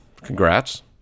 Congrats